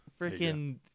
freaking